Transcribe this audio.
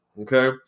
okay